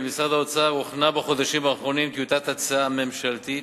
במשרד האוצר הוכנה בחודשים האחרונים טיוטת הצעה ממשלתית,